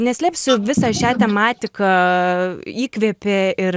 neslėpsiu visą šią tematiką įkvėpė ir